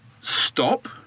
stop